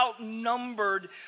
outnumbered